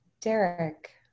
Derek